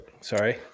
Sorry